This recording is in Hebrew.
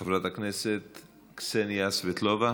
חברת הכנסת קסניה סבטלובה,